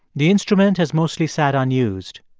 the instrument has mostly sat unused.